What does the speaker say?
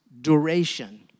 duration